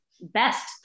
best